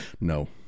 No